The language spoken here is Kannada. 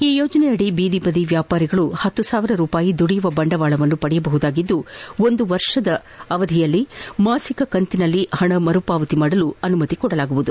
ಈ ಯೋಜನೆಯಡಿ ಜೀರಿಬದಿ ವ್ಯಾಪಾರಿಗಳು ಪತ್ತು ಸಾವಿರ ರೂಪಾಯಿ ದುಡಿಯುವ ಬಂಡವಾಳವನ್ನು ಪಡೆಯಬಹುದಾಗಿದ್ದು ಒಂದು ವರ್ಷಗಳ ಅವಧಿಯಲ್ಲಿ ಮಾಸಿಕ ಕಂತಿನಲ್ಲಿ ಪಣ ಮರುಪಾವತಿ ಮಾಡಬಹುದಾಗಿದೆ